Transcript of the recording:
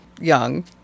young